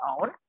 own